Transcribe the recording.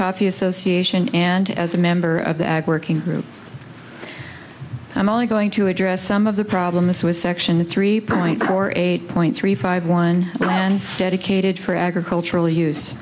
coffee association and as a member of the ag working group i'm only going to address some of the problems with section three point four eight point three five one lands dedicated for agricultural use